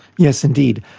yes indeed.